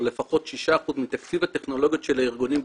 או לפחות 6% מתקציב הטכנולוגיות של הארגונים,